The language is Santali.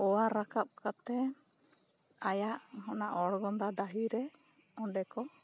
ᱳᱣᱟᱨ ᱨᱟᱠᱟᱵ ᱠᱟᱛᱮ ᱟᱭᱟᱜ ᱠᱷᱚᱱᱟᱜ ᱚᱲᱜᱚᱫᱟ ᱰᱟᱹᱦᱤ ᱨᱮ ᱚᱸᱰᱮ ᱠᱚ